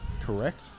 Correct